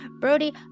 Brody